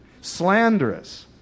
slanderous